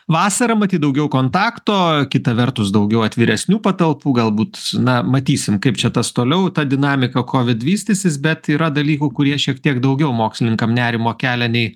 vasara matyt daugiau kontakto kita vertus daugiau atviresnių patalpų galbūt na matysim kaip čia tas toliau ta dinamika covid vystysis bet yra dalykų kurie šiek tiek daugiau mokslininkam nerimo kelia nei